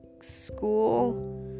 school